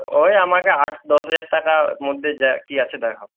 ওই আমাকে আট দশ হাজার টাকার মধ্যে যা কী আছে দেখাও